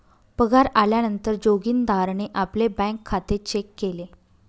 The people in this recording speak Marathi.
पगार आल्या नंतर जोगीन्दारणे आपले बँक खाते चेक केले